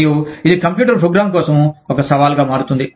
మరియు ఇది computer program కోసం ఒక సవాలుగా మారుతుంది